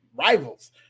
rivals